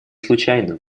случайно